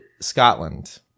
Scotland